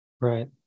Right